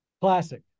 Classic